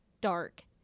dark